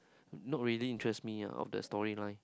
not really interest me ah of the storyline